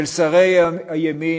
של שרי הימין